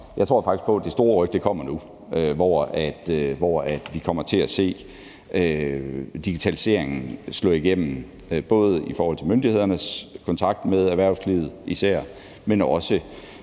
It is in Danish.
til spørgeren – at det store ryk kommer nu, hvor vi kommer til at se digitaliseringen slå igennem, både og især i forhold til myndighedernes kontakt med erhvervslivet, men også,